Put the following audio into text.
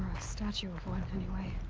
statue of one, anyway.